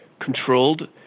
controlled